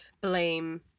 blame